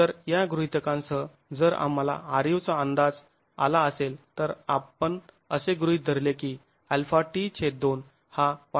तर या गृहितकांसह जर आम्हाला ru चा अंदाज आला असेल तर आपण असे गृहीत धरले की αt2 हा 0